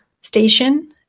station